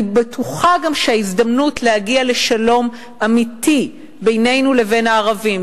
אני גם בטוחה שההזדמנות להגיע לשלום אמיתי בינינו לבין הערבים,